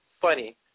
funny